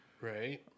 Right